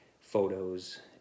photos